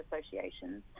associations